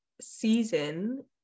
season